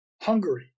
Hungary